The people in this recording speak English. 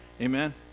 Amen